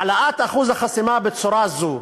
העלאת אחוז החסימה בצורה זו,